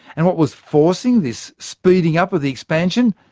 and what was forcing this speeding up of the expansion?